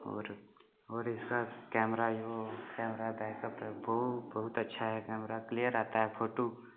होर होर इसका कैमरा जो कैमरा होता है बो बोह्त अच्छा हे क्लीअर आता है फोटू